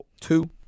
two